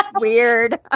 weird